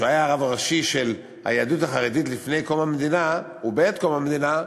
שהיה הרב הראשי של היהדות החרדית לפני קום המדינה ובעת קום המדינה.